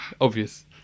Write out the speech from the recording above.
obvious